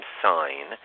sign